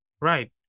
right